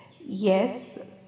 Yes